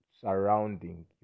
surrounding